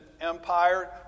empire